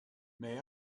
may